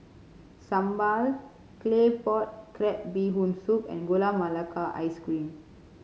sambal Claypot Crab Bee Hoon Soup and Gula Melaka Ice Cream